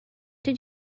did